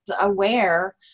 aware